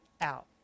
out